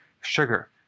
sugar